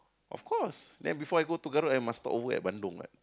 of course then before I go to Garut I must stop over at Bandung what